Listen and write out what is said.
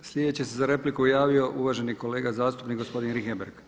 Sljedeći se za repliku javio uvaženi kolega zastupnik gospodin Richembergh.